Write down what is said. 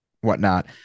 whatnot